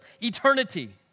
eternity